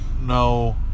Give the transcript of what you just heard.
No